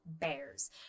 bears